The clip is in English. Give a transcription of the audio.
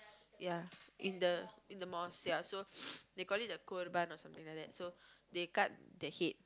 ya in the in the mosque ya so they call it the korban or something like that so they cut the head